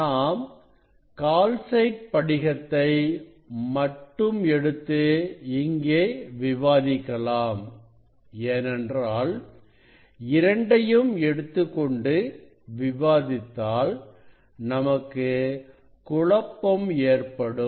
நாம் கால்சைட் படிகத்தை மட்டும் எடுத்து இங்கே விவாதிக்கலாம் ஏனென்றால் இரண்டையும் எடுத்துக் கொண்டு விவாதித்தால் நமக்கு குழப்பம் ஏற்படும்